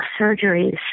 surgeries